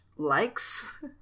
likes